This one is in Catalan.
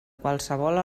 qualsevol